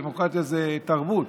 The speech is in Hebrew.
דמוקרטיה זה תרבות.